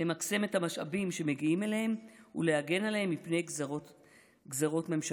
למקסם את המשאבים שמגיעים אליהם ולהגן עליהם מפני גזרות ממשלה.